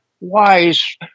wise